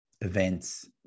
events